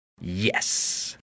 Yes